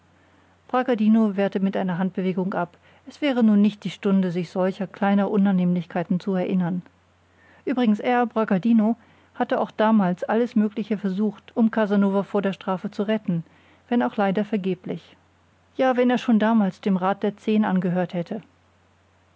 bragadino wehrte mit einer handbewegung ab als wäre nun nicht die stunde sich solcher kleiner unannehmlichkeiten zu erinnern übrigens er bragadino hatte auch damals alles mögliche versucht um casanova vor der strafe zu retten wenn auch leider vergeblich ja wenn er schon damals dem rat der zehn angehört hätte